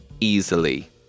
easily